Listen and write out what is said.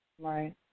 right